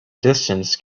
distance